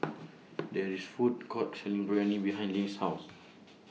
There IS A Food Court Selling Biryani behind Lane's House